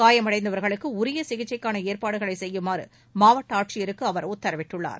காயமடைந்தவர்களுக்கு உரிய சிகிச்சைக்கான ஏற்பாடுகளை செய்யுமாறு மாவட்ட ஆட்சியருக்கு அவர் உத்தரவிட்டுள்ளார்